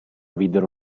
videro